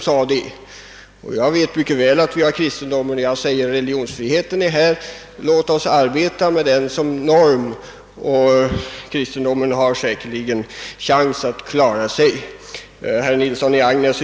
Låt oss i stället arbeta med religionsfriheten som bakgrund. Då har kristendomen säkert chans att klara sig.